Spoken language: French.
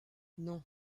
non